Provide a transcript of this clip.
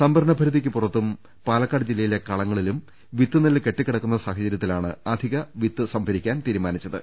സംഭരണ പരിധിക്ക് പുറത്തും പാലക്കാട് ജില്ലയിലെ കളങ്ങളിലും വിത്ത്നെല്ല് കെട്ടിക്കിടക്കുന്ന സാഹചരൃത്തിലാണ് അധികവിത്ത് സംഭരി ക്കാൻ തീരുമാനിച്ചത്